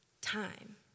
time